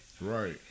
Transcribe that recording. Right